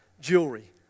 jewelry